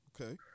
Okay